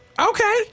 Okay